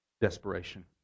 desperation